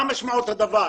מה משמעות הדבר.